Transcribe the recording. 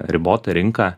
ribota rinka